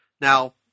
Now